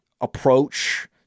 approach